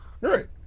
Right